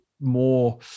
more